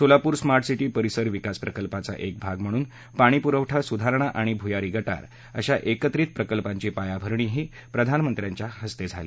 Solapur smart city परीसर विकास प्रकल्पाचा एक भाग म्हणून पाणीपुरवठा सुधारणा आणि भुयारी गटार अशा एकत्रित प्रकल्पाची पायाभरणी त्यांच्या हस्तझिला